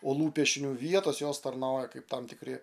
olų piešinių vietos jos tarnauja kaip tam tikri